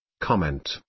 Comment